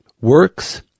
works